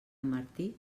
martí